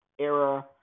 era